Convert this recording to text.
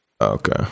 Okay